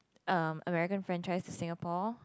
um American franchise to Singapore